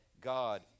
God